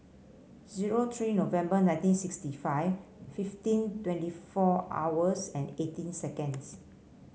zero three November nineteen sixty five fifteen twenty four hours and eighteen seconds